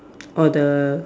or the